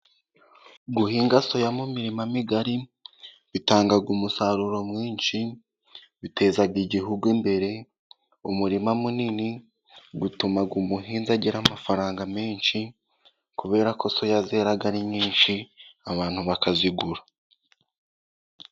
Guhinga soya mu mirima migari bitanga umusaruro mwinshi, biteza igihugu imbere, umurima munini utuma umuhinzi agira amafaranga menshi, kubera ko soya zera ari nyinshi, abantu bakazigura.